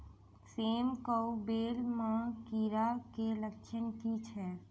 सेम कऽ बेल म कीड़ा केँ लक्षण की छै?